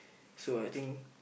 so I think